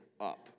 up